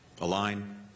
align